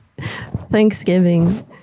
Thanksgiving